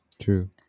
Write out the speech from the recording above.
true